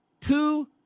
two